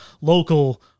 local